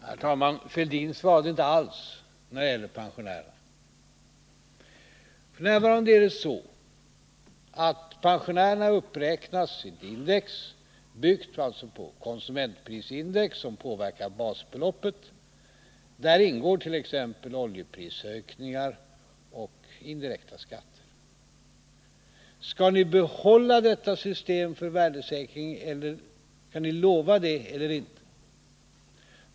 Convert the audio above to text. Herr talman! Herr Fälldin svarade inte alls när det gällde pensionärerna. F.n. är det så, att pensionerna uppräknas enligt ett index, byggt på konsumentprisindex, som påverkar basbeloppet. Där ingår t.ex. oljeprisökningar och indirekta skatter. Skall ni behålla detta system för värdesäkring? Kan ni lova det eller inte?